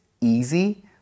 easy